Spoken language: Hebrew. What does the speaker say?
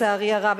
ולצערי הרב,